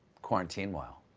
quarantine-while,